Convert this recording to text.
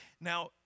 Now